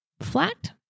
flat